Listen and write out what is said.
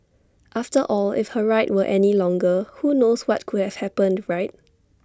after all if her ride were any longer who knows what could have happened right